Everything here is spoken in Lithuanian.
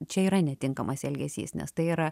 čia yra netinkamas elgesys nes tai yra